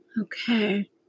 Okay